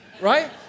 Right